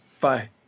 Bye